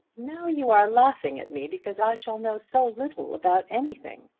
now you are laughing at me because i shall know so little about anything.